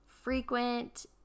Frequent